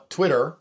Twitter